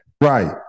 Right